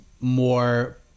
more